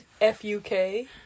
F-U-K